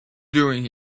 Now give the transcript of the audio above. doing